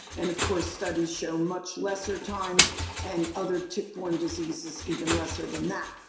and of course studies show much lesser times and other tick-borne disease is even lesser than that.